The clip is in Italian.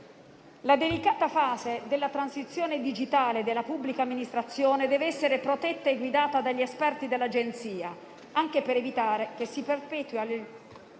La delicata fase della transizione digitale della pubblica amministrazione deve essere protetta e guidata dagli esperti dell'Agenzia, anche per evitare che si perpetui